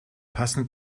passend